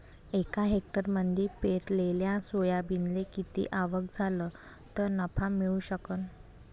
एका हेक्टरमंदी पेरलेल्या सोयाबीनले किती आवक झाली तं नफा मिळू शकन?